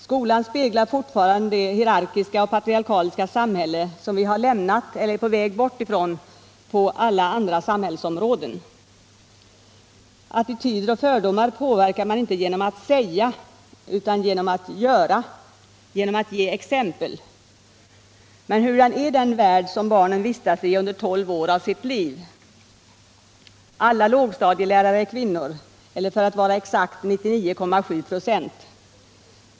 Skolan speglar fortfarande det hierarkiska och patriarkaliska samhälle som vi har lämnat eller är på väg bort från på alla andra samhällsområden. Attityder och fördomar påverkar man inte genom att säga utan genom att göra, genom att ge exempel. Men hurdan är den värld som barnen vistas i under tolv år av sitt liv? Alla lågstadielärare — eller för att vara exakt 99,7 96 — är kvinnor.